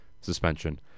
suspension